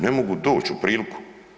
Ne mogu doći u priliku.